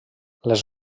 les